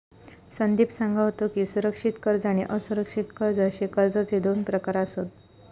संदीप सांगा होतो की, सुरक्षित कर्ज आणि असुरक्षित कर्ज अशे कर्जाचे दोन प्रकार आसत